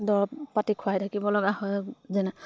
দৰৱ পাতি খুৱাই থাকিব লগা হয় যেনে